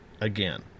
again